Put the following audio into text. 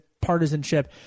partisanship